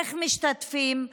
איך משתתפים,